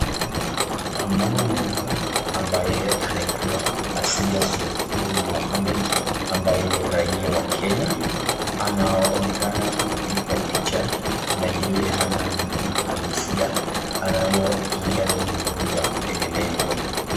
Mama mmoja ambaye anaitwa Asiya Sururu Mohammed ambaye ni raia wa Kenya anaonekana kupigwa picha na yeye hana miguu halisi anayo yale miguu ya kutengenezwa.